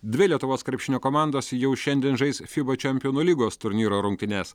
dvi lietuvos krepšinio komandos jau šiandien žais fiba čempionų lygos turnyro rungtynes